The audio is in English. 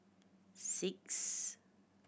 six